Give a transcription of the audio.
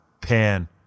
Pan